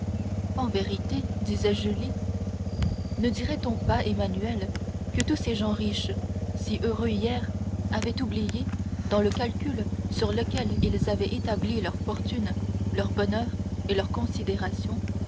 en vérité disait julie ne dirait-on pas emmanuel que tous ces gens riches si heureux hier avaient oublié dans le calcul sur lequel ils avaient établi leur fortune leur bonheur et leur considération